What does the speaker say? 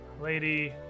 Lady